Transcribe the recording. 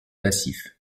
passif